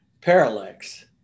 Parallax